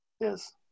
Yes